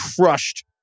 crushed